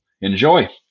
enjoy